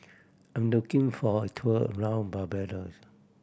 I'm looking for a tour around Barbados